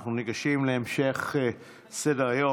אנחנו ניגשים להמשך סדר-היום.